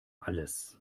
alles